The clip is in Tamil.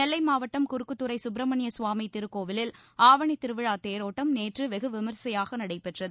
நெல்லை மாவட்டம் குறுக்குத்துறை சுப்பிரமணிய சுவாமி திருக்கோவிலில் ஆவணித் திருவிழா தேரோட்டம் நேற்று வெகு விமரிசையாக நடைபெற்றது